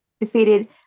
defeated